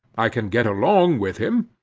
i can get along with him.